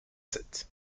sept